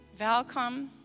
Valcom